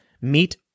meet